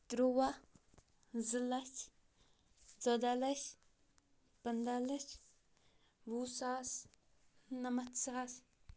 تُرٛواہ زٕ لَچھ ژۄداہ لَچھ پنٛداہ لَچھ وُہ ساس نَمَتھ ساس